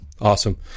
Awesome